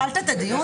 אנחנו נחדד את הבקשה